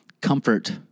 Comfort